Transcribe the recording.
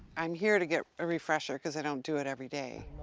i'm here to get a refresher, cause i don't do it every day.